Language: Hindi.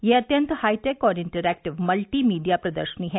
यह अत्यन्त हाईटेक और इंटरएक्टिव मल्टी मीडिया प्रदर्शनी है